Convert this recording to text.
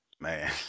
Man